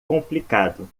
complicado